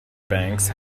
banks